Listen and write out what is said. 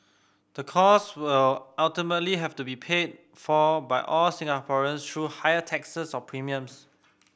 the cost will ultimately have to be pay for by all Singaporeans through higher taxes or premiums